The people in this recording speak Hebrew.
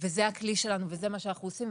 וזה הכלי שלנו וזה מה שאנחנו עושים,